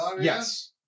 Yes